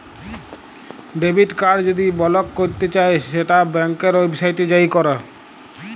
debit card যদি block ক্যরতে চাই সেট ব্যাংকের ওয়েবসাইটে যাঁয়ে ক্যর